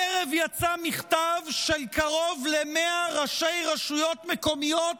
הערב יצא מכתב של קרוב ל-100 ראשי רשויות מקומיות,